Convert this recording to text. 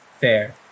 fair